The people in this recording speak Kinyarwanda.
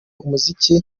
umuziki